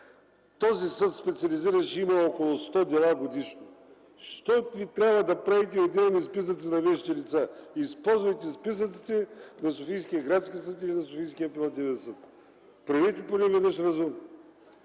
Този специализиран съд ще има около сто дела годишно. Защо ви трябва да правите отделни списъци на вещите лица? Използвайте списъците на Софийския градски съд и на Софийския апелативен съд. Поне веднъж